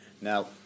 Now